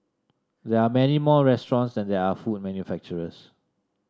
there are many more restaurants than there are food manufacturers